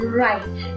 right